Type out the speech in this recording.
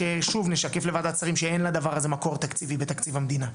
ששוב נשקף לוועדת שרים שאין לדבר הזה מקור תקציבי בתקציב המדינה.